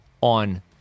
on